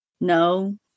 No